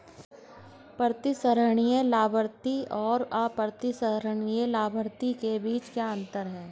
प्रतिसंहरणीय लाभार्थी और अप्रतिसंहरणीय लाभार्थी के बीच क्या अंतर है?